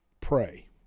Pray